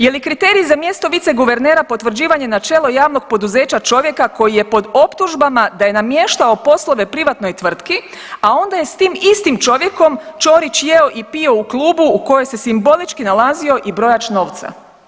Je li kriterij za mjesto viceguvernera potvrđivanje načelo javnog poduzeća čovjeka koji je pod optužbama da je namještao poslove privatnoj tvrtki, a onda je s tim istim čovjekom Ćorić jeo i pio u klubu u kojoj se simbolički nalazio i brojač novca?